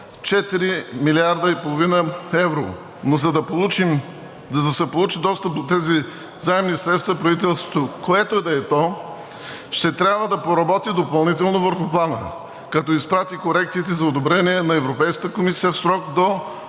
4,5 млрд. евро. Но за да получи достъп до тези заемни средства, правителството, което и да е то, ще трябва да поработи допълнително върху Плана, като изпрати корекциите за одобрение на Европейската комисия в срок до